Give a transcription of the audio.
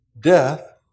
death